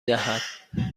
دهد